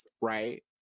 right